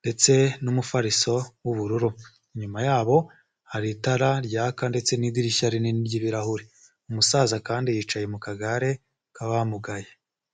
ndetse n'umufariso w'ubururu inyuma ya hari itara ryaka ndetse n'idirishya rinini ry'ibirahuri umusaza kandi yicaye mu kagare k'abamugaye.